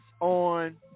on